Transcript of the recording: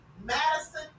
Madison